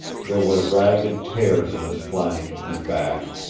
there were ragged tears in his flank and back,